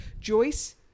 Joyce